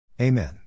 Amen